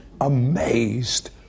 amazed